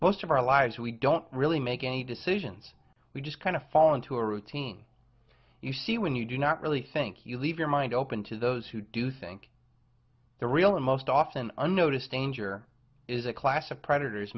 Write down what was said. most of our lives we don't really make any decisions we just kind of fall into a routine you see when you do not really think you leave your mind open to those who do think the real and most often unnoticed danger is a class of predators